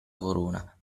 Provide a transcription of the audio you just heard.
corona